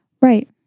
Right